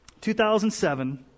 2007